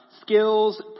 skills